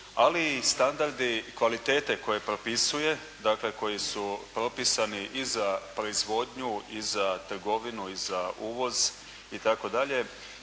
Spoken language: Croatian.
i standardi kvalitete koje propisuje, dakle koji su propisani i za proizvodnju i za trgovinu i za uvoz itd.